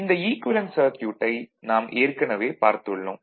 இந்த ஈக்குவேலன்ட் சர்க்யூட்டை நாம் ஏற்கனவே பார்த்துள்ளோம்